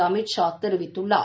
அமித் ஷா தெரிவித்துள்ளார்